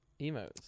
emotes